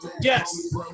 Yes